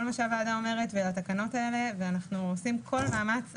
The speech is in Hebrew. מה שהוועדה אומרת ולתקנות האלה ואנחנו עושים כל מאמץ,